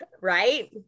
Right